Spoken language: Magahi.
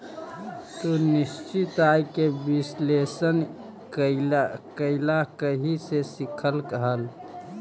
तू निश्चित आय के विश्लेषण कइला कहीं से सीखलऽ हल?